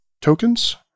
tokens